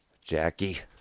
Jackie